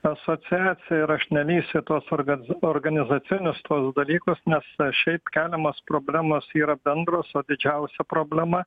asociacija ir aš nelįsiu į tos orgadz organizacinius tuos dalykus nes šiaip keliamos problemos yra bendros o didžiausia problema